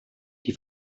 die